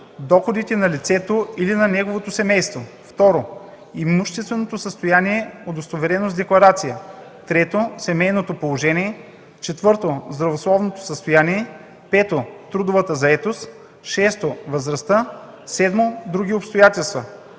доходите на лицето или на неговото семейство; 2. имущественото състояние, удостоверено с декларация; 3. семейното положение; 4. здравословното състояние; 5. трудовата заетост; 6. възрастта; 7. други обстоятелства.